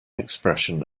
expression